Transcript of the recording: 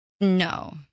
No